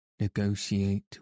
negotiate